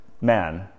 man